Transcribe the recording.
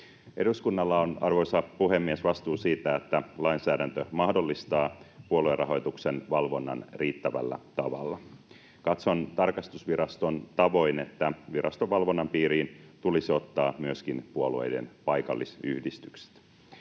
Eduskunnalla on, arvoisa puhemies, vastuu siitä, että lainsäädäntö mahdollistaa puoluerahoituksen valvonnan riittävällä tavalla. Katson tarkastusviraston tavoin, että viraston valvonnan piiriin tulisi ottaa myöskin puolueiden paikallisyhdistykset.